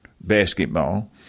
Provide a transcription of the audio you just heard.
basketball